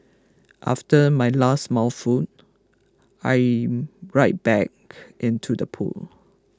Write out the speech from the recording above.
after my last mouthful I am right back into the pool